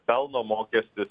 pelno mokestis